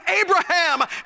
Abraham